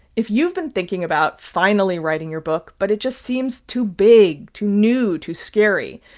if you've been thinking about finally writing your book, but it just seems too big, too new, too scary,